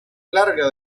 larga